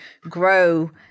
grow